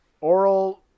Oral